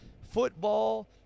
football